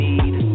need